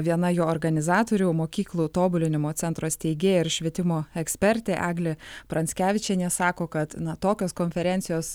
viena jo organizatorių mokyklų tobulinimo centro steigėja ir švietimo ekspertė eglė pranckevičienė sako kad na tokios konferencijos